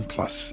Plus